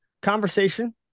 conversation